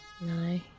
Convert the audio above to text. No